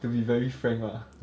to be very frank lah